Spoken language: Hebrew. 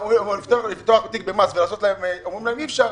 אומרים להן אי אפשר.